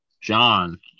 john